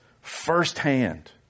firsthand